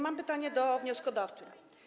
Mam pytanie do wnioskodawczyń.